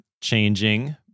changing